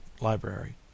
library